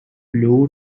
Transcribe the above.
blue